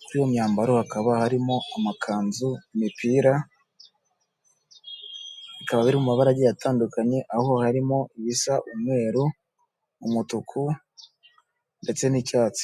muri iyo myambaro hakaba harimo amakanzu, imipira, bikaba biri mu mabara agiye atandukanye, aho harimo ibisa umweru, umutuku, ndetse n'icyatsi.